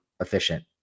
efficient